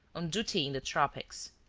on duty in the tropics.